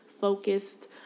focused